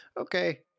okay